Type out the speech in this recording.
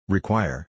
Require